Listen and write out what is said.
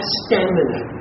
stamina